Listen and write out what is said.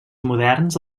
moderns